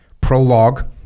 prologue